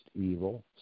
evil